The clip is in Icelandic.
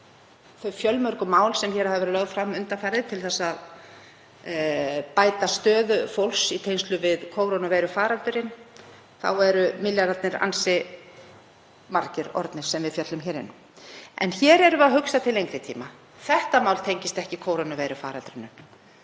þau fjölmörgu mál sem hér hafa verið lögð fram undanfarið til að bæta stöðu fólks í tengslum við kórónuveirufaraldurinn eru milljarðarnir orðnir ansi margir sem við fjöllum um. En hér erum við að hugsa til lengri tíma. Þetta mál tengist ekki kórónuveirufaraldrinum.